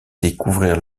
découvrir